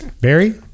Barry